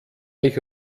ich